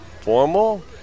Formal